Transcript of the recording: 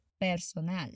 Personal